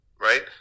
right